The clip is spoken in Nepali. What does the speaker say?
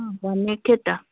भनेको थियो त